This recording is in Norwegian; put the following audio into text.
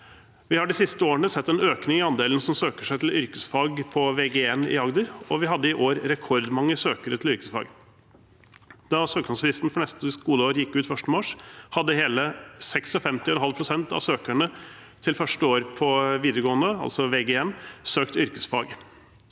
de siste årene sett en økning i andelen som søker seg til yrkesfag på vg1 i Agder, og vi hadde i år rekordmange søkere til yrkesfag. Da søknadsfristen for neste skoleår gikk ut 1. mars, hadde hele 56,5 pst. av søkerne til første år på videregående, altså vg1, søkt yrkesfag.